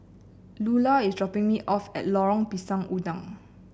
Lular is dropping me off at Lorong Pisang Udang